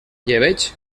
llebeig